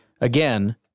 Again